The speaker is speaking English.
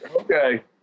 okay